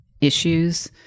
issues